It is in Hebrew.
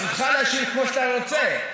זכותך להשיב כמו שאתה רוצה,